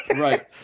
Right